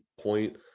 point